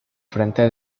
frente